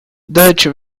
deutsche